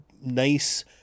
nice